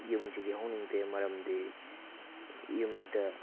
ꯌꯨꯝꯁꯤꯗꯤ ꯍꯣꯡꯅꯤꯡꯗꯦ ꯃꯔꯝꯗꯤ ꯌꯨꯝꯁꯤꯗ